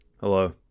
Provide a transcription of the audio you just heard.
Hello